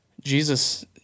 Jesus